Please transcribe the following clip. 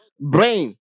Brain